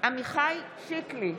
עמיחי שיקלי,